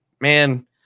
Man